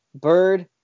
Bird